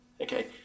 Okay